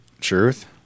Truth